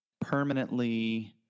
permanently